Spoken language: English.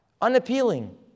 Unappealing